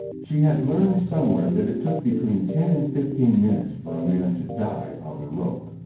she had learned somewhere that it took between ten and fifteen minutes for a man to die on the rope,